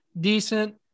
decent